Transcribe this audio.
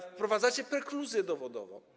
Wprowadzacie prekluzję dowodową.